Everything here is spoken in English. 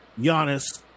Giannis